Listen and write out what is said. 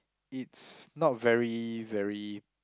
it's not very very